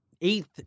eighth